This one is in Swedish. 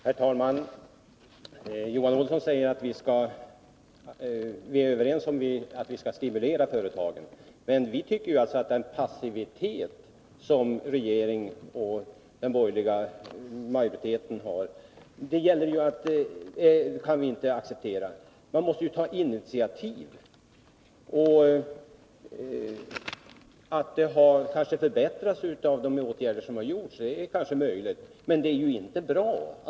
Herr talman! Johan Olsson säger att vi är överens om att man skall stimulera företagen. Men den passivitet som regeringen och den borgerliga majoriteten här visar kan vi socialdemokrater inte acceptera. Man måste ju ta initiativ. Att förhållandena har förbättrats genom de åtgärder som vidtagits är kanske möjligt, men förhållandena är ju inte bra.